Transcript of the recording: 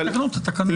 אז תתקנו את התקנות.